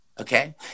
Okay